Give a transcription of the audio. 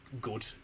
good